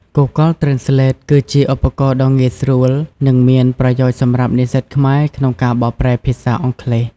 Google Translate គឺជាឧបករណ៍ដ៏ងាយស្រួល និងមានប្រយោជន៍សម្រាប់និស្សិតខ្មែរក្នុងការបកប្រែភាសាអង់គ្លេស។